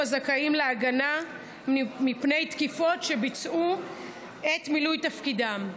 הזכאים להגנה מפני תקיפות שבוצעו בעת מילוי תפקידם.